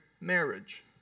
marriage